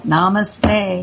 Namaste